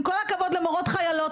עם כל הכבוד למורות חיילות,